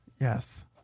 Yes